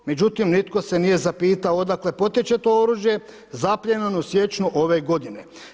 Međutim, nitko se nije zapitao odakle potječe to oružje zapljenjeno u siječnju ove godine.